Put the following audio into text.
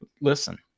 Listen